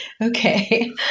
Okay